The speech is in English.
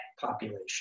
population